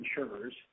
insurers